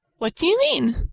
what do you mean?